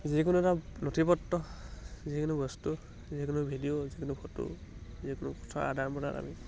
যিকোনো এটা নথিপত্ৰ যিকোনো বস্তু যিকোনো ভিডিঅ' যিকোনো ফটো যিকোনো কথা আদান প্ৰদান আমি